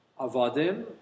Avadim